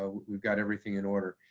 so we've got everything in order.